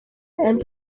and